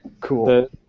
cool